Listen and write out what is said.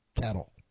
cattle